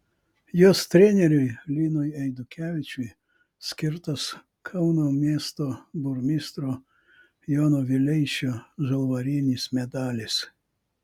jos treneriui linui eidukevičiui skirtas kauno miesto burmistro jono vileišio žalvarinis medalis